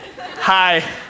Hi